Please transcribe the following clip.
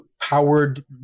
powered